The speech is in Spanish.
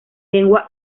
lengua